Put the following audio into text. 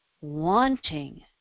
wanting